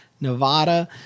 Nevada